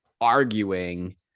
arguing